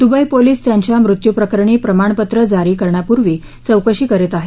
Dubai police त्यांच्या मृत्यूप्रकरणी प्रमाणपत्र जारी करण्यापूर्वी चौकशी करीत आहेत